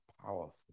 powerful